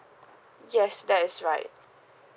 yes that is right